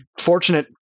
fortunate